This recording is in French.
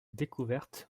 découverte